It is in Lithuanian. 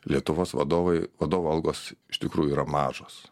lietuvos vadovai vadovų algos iš tikrųjų yra mažos